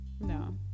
No